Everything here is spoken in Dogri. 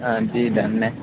हां जी डन ऐ